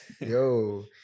Yo